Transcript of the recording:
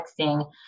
texting